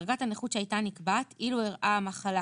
דרגת הנכות שהייתה נקבעת אילו אירעה המחלה